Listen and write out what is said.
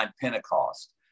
Pentecost